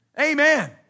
Amen